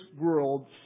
world